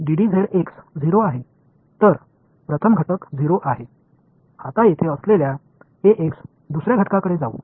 तर प्रथम घटक 0 आहे आता येथे असलेल्या दुसऱ्या घटकाकडे जाऊ